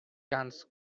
can’t